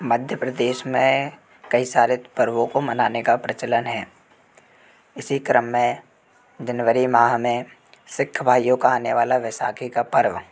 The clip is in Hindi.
मध्य प्रदेश में कई सारे पर्वों को को मनाने का प्रचलन है इसी क्रम में दिनवरी माह में सिख भाइयों का आने वाला वैसाखी का पर्व है